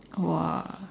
!wah!